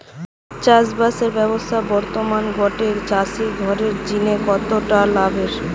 চাষবাসের ব্যাবসা বর্তমানে গটে চাষি ঘরের জিনে কতটা লাভের?